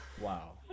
Wow